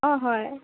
অঁ হয়